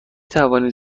توانید